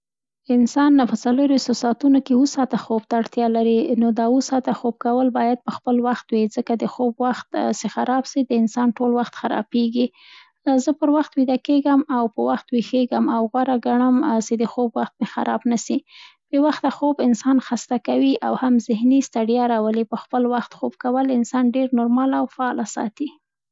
انسان په څلرویستو ساعتونو کې اووه ساعته خوب ته اړتیا لري، نو دا اووه ساعته خوب کول باید په خپل وخت وي، ځکه د خوب وخت سي خراب سي د انسان ټول وخت خرابېږي. زه پر وخته ویده کېږم او په وخت ویېښږم او غوره ګڼم، سي د خوب وخت مې خراب نه سي. بې وخته خوب انسان خسته کوي او هم ذهني ستړیا راولي. په خپل وخت خوب کول انسان ډېر نورماله او فعال ساتي.